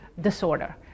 disorder